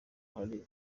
hari